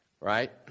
Right